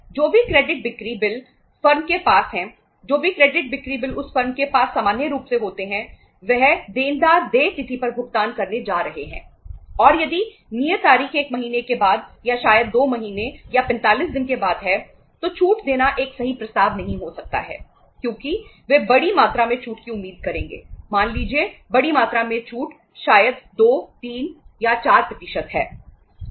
जो भी क्रेडिट के पास है जो भी क्रेडिट बिक्री बिल उस फर्म के पास सामान्य रूप से होते हैं वह देनदार देय तिथि पर भुगतान करने जा रहे हैं और यदि नियत तारीख एक महीने के बाद या शायद 2 महीने या 45 दिनों के बाद है तो छूट देना एक सही प्रस्ताव नहीं हो सकता है क्योंकि वे बड़ी मात्रा में छूट की उम्मीद करेंगे मान लीजिए बड़ी मात्रा में छूट शायद 2 3 4 है